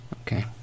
okay